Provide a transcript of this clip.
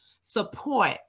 support